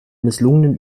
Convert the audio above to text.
misslungenen